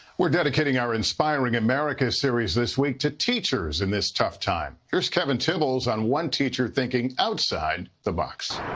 we're dedicating our inspiring america series this week to teachers in this tough time. here's kevin tibbles on one teacher thinking outside the box.